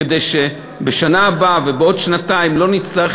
כדי שבשנה הבאה ובעוד שנתיים לא נצטרך